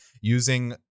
using